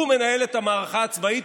הוא מנהל את המערכה הצבאית,